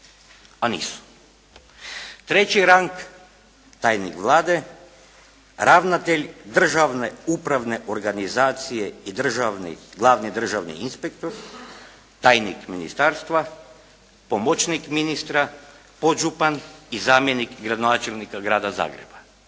a nisu. Treći rang tajnik Vlade, ravnatelj državne upravne organizacije i glavni državni inspektor, tajnik ministarstva, pomoćnik ministra, podžupan i zamjenik gradonačelnika grada Zagreba.